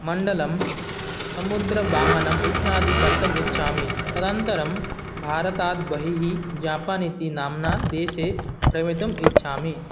मण्डलं समुद्रवाहनम् इत्यादि कर्तुम् इच्छामि तदनन्तरं भारतात् बहिः जापान् इति नाम्ना देशे प्रवेतुम् इच्छामि